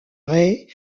rey